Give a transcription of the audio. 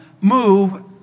move